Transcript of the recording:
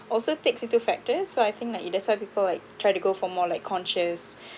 also takes into factor so I think like it that's why people like try to go for more like conscious